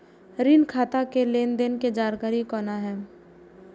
ऋण खाता के लेन देन के जानकारी कोना हैं?